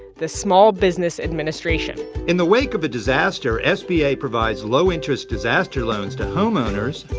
the small business administration in the wake of a disaster, sba provides low-interest disaster loans to homeowners,